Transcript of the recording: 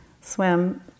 swim